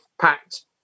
packed